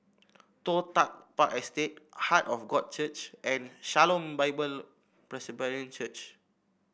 Toh Tuck Park Estate Heart of God Church and Shalom Bible Presbyterian Church